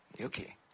okay